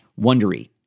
Wondery